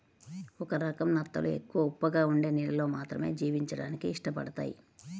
ఒక రకం నత్తలు ఎక్కువ ఉప్పగా ఉండే నీళ్ళల్లో మాత్రమే జీవించడానికి ఇష్టపడతయ్